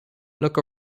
look